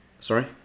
sorry